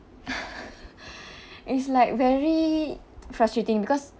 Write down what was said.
it's like very frustrating because